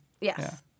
Yes